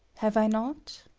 have i not?